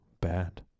bad